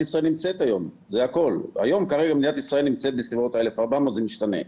אדומה אחת זה לא כמו מדינה אדומה שנייה,